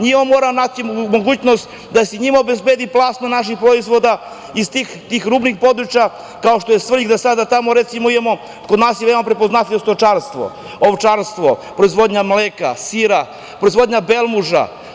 Njima moramo da nađemo mogućnost da se i njima obezbedi plasman naših proizvoda iz tih rubnih područja, kao što je Svrljig, da sada tamo recimo imamo, kod nas je veoma prepoznatljivo stočarstvo, ovčarstvo, proizvodnja mleka, sira, proizvodnja belmuža.